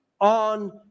on